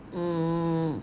mm